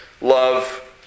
love